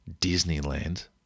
Disneyland